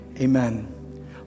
amen